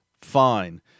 fine